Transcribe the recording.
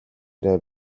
яриа